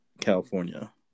California